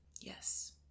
Yes